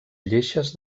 lleixes